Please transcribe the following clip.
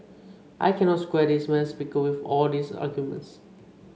I cannot square this madam speaker with all these arguments